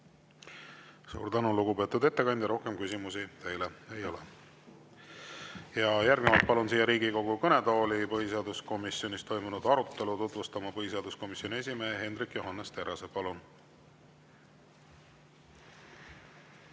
Suur tänu, lugupeetud ettekandja! Rohkem küsimusi teile ei ole. Järgnevalt palun siia Riigikogu kõnetooli põhiseaduskomisjonis toimunud arutelu tutvustama põhiseaduskomisjoni esimehe Hendrik Johannes Terrase. Palun!